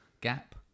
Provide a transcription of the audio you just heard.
Gap